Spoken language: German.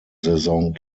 saison